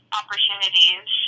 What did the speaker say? opportunities